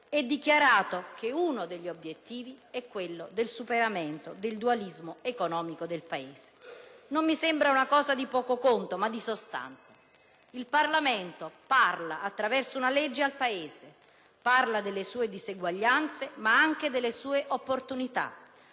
è dichiarato che uno degli obiettivi è quello del superamento del dualismo economico del Paese. Non mi sembra una cosa di poco conto, ma di sostanza. Il Parlamento parla attraverso una legge al Paese, parla delle sue disuguaglianze, ma anche delle sue opportunità.